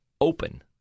open